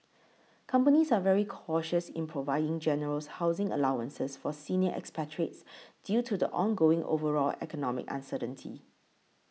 companies are very cautious in providing generous housing allowances for senior expatriates due to the ongoing overall economic uncertainty